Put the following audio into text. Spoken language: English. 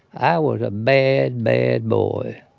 i was a bad, bad boy.